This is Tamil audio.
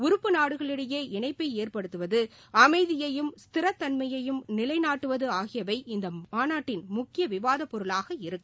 உறுப்பு நாடுகளிடையே இணைப்பை ஏற்படுத்துவது அமைதியையும் ஸ்திரத்தன்மையும் நிலைநாட்டுவது ஆகியவைஇந்த மாநாட்டின் முக்கிய விவாத பொருளாக இருக்கும்